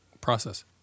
process